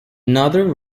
another